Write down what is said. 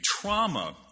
trauma